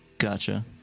Gotcha